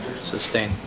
Sustain